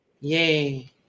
Yay